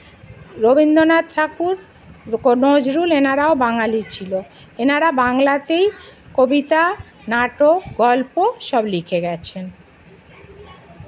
রবীন্দ্রনাথ ঠাকুর নজরুল এঁরাও বাঙালি ছিল এঁরা বাংলাতেই কবিতা নাটক গল্প সব লিখে গেছেন